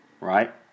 right